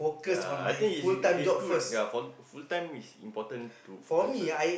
ya I think is is good ya for full time is important to focus first ah